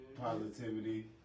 positivity